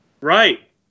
right